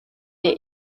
est